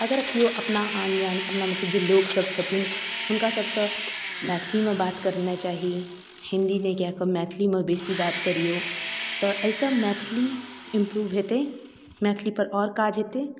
अगर केओ अपना आनजान अपनामे से जे लोकसभ छथिन हुनकासभसँ मैथिलीमे बात करनाइ चाही हिन्दी नहि कै कऽ मैथिलीमे बेसी बात करिऔ तऽ एहिसँ मैथिली इम्प्रूव हेतै मैथिलीपर आओर काज हेतै